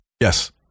Yes